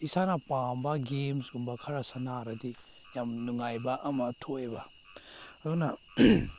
ꯏꯁꯥꯅ ꯄꯥꯝꯕ ꯒꯦꯝꯁꯀꯨꯝꯕ ꯈꯔ ꯁꯥꯟꯅꯔꯗꯤ ꯌꯥꯝ ꯅꯨꯡꯉꯥꯏꯕ ꯑꯃ ꯊꯣꯛꯑꯦꯕ ꯑꯗꯨꯅ